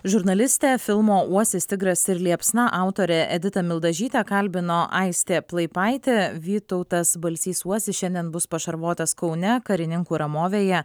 žurnalistę filmo uosis tigras ir liepsna autorę editą mildažytę kalbino aistė plaipaitė vytautas balsys uosis šiandien bus pašarvotas kaune karininkų ramovėje